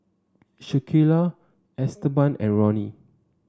Shaquille Esteban and Ronny